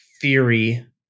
theory